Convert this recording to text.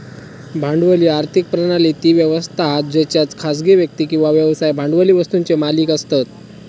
भांडवली आर्थिक प्रणाली ती व्यवस्था हा जेच्यात खासगी व्यक्ती किंवा व्यवसाय भांडवली वस्तुंचे मालिक असतत